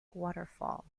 waterfall